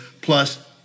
plus